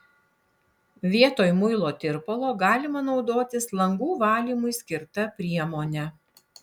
vietoj muilo tirpalo galima naudotis langų valymui skirta priemone